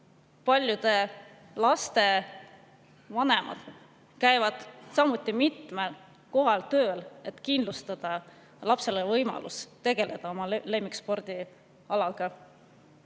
Paljude laste vanemad käivad mitmel kohal tööl, et kindlustada lapsele võimalus tegeleda oma lemmikspordialaga.